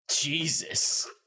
Jesus